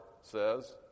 says